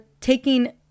taking